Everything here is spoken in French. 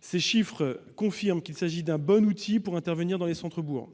Ces chiffres confirment qu'il s'agit d'un bon outil pour intervenir dans les centres-bourgs.